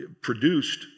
produced